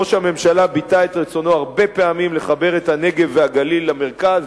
ראש הממשלה ביטא הרבה פעמים את רצונו לחבר את הנגב והגליל למרכז,